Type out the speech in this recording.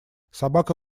собака